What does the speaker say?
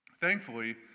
Thankfully